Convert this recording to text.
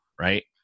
right